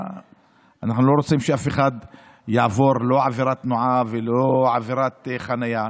אנחנו לא רוצים שאף אחד יעבור לא עבירת תנועה ולא עבירת חניה,